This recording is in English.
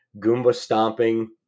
Goomba-stomping